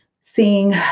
seeing